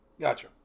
Gotcha